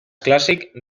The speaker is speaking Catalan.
clàssic